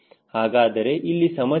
ಹಾಗಾದರೆ ಇಲ್ಲಿ ಸಮಸ್ಯೆ ಏನು